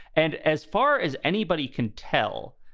and as far as anybody can tell,